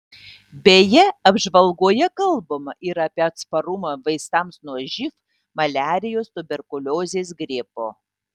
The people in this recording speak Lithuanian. beje apžvalgoje kalbama ir apie atsparumą vaistams nuo živ maliarijos tuberkuliozės gripo